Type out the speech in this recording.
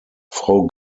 frau